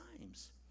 times